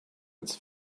its